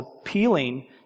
appealing